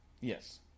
Yes